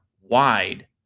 wide